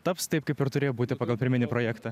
taps taip kaip ir turėjo būti pagal pirminį projektą